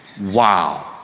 Wow